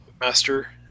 master